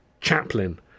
Chaplin